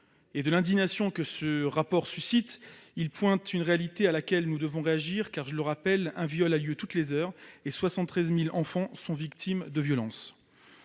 et de l'indignation que ce rapport suscite, il pointe une réalité à laquelle nous devons réagir. Je le rappelle, un viol a lieu toutes les heures et 73 000 enfants sont victimes de violences.